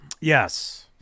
yes